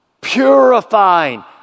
purifying